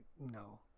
no